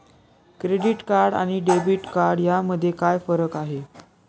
Credit card आणि debit card यामध्ये काय फरक आहे?